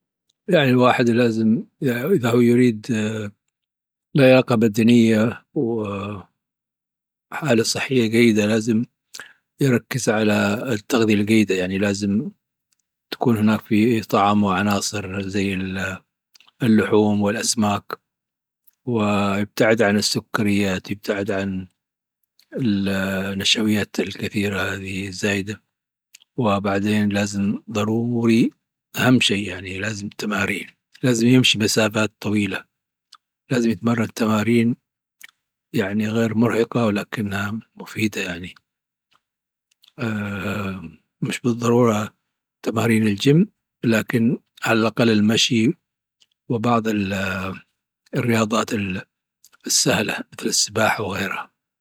يعني الواحد لازم اذا هو يريد لياقة بدنية، وحالة صحية جيدة لازم يركز على التغذية الجيدة يعني لازم تكون هناك في طعامه عناصر زي اللحوم والأسماك ويبتعد عن السكريات ويبتعد النشويات الكثيرة اللي هي زايدة وبعدين لازم ضروري أهم شي يعني لازم تمارين. لازم يمشي مسافات طويلة. لازم يتمرن تمارين يعني غير مرهقة ولكنها مفيدة يعني مش بالضرورة تمارين الجيم، لكن على الأقل المشي وبعض الرياضات السهلة كالسباحة وغيرها.